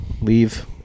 leave